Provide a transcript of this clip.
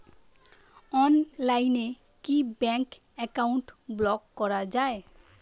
অনলাইনে কি bank account block করা য়ায়?